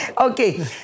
Okay